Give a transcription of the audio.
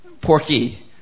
porky